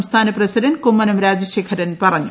സംസ്ഥാന പ്രസിഡന്റ് കുമ്മനം രാജശേഖരൻ പറഞ്ഞു